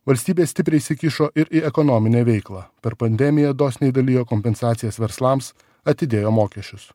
valstybė stipriai įsikišo ir į ekonominę veiklą per pandemiją dosniai dalijo kompensacijas verslams atidėjo mokesčius